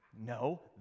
No